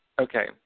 Okay